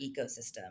ecosystem